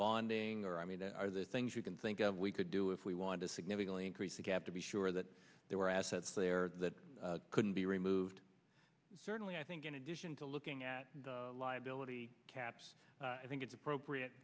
bonding or i mean are there things you can think of we could do if we wanted to significantly increase the gap to be sure that there were assets there that couldn't be removed certainly i think in addition to looking at liability caps i think it's appropriate